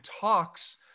talks